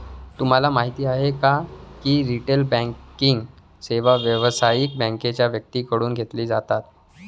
तुम्हाला माहिती आहे का की रिटेल बँकिंग सेवा व्यावसायिक बँकांच्या व्यक्तींकडून घेतली जातात